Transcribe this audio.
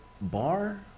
bar